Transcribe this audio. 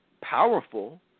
powerful